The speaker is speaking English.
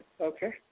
Okay